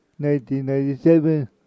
1997